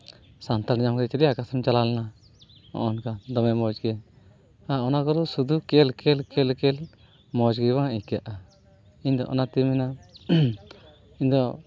ᱥᱟᱱᱛᱟᱲᱮᱢ ᱧᱟᱢ ᱠᱮᱫᱮᱭᱟ ᱪᱮᱞᱮᱭᱟ ᱚᱠᱟ ᱥᱮᱡ ᱮᱢ ᱪᱟᱞᱟᱣ ᱞᱮᱱᱟ ᱦᱚᱜᱼᱚᱭ ᱱᱚᱝᱠᱟ ᱫᱚᱢᱮ ᱢᱚᱡᱽ ᱜᱮ ᱟᱨ ᱚᱱᱟ ᱠᱚᱫᱚ ᱥᱩᱫᱩ ᱠᱮᱹᱞ ᱠᱮᱹᱞ ᱠᱮᱹᱞ ᱠᱮᱹᱞ ᱢᱚᱡᱽ ᱜᱮ ᱵᱟᱝ ᱟᱹᱭᱠᱟᱹᱜᱼᱟ ᱤᱧ ᱫᱚ ᱚᱱᱟᱛᱮᱧ ᱢᱮᱱᱟ ᱤᱧ ᱫᱚ